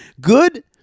Good